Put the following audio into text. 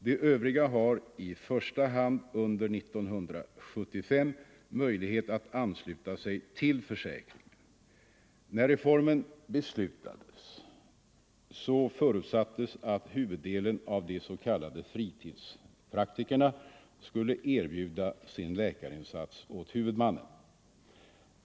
De övriga har i första hand under 1975 möjlighet att ansluta sig till försäkringen. När reformen beslutades förutsattes att huvuddelen av de s.k. fritidspraktikerna skulle erbjuda sin läkarinsats åt huvudmannen.